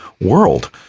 world